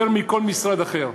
יותר מכל משרד אחר.